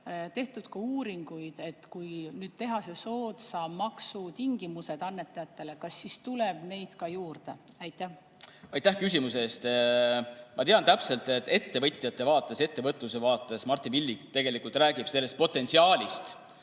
tehtud ka uuringuid selle kohta, et kui teha soodsad maksutingimused annetajatele, kas siis tuleb neid ka juurde? Aitäh küsimuse eest! Ma tean täpselt, et ettevõtjate vaates ja ettevõtluse vaates Martin Villig tegelikult räägib sellest potentsiaalist.